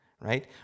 right